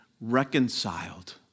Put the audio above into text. reconciled